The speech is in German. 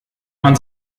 man